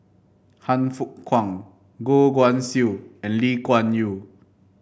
Han Fook Kwang Goh Guan Siew and Lee Kuan Yew